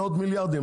מאות מיליארדים?